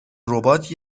ربات